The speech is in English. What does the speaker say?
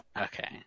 Okay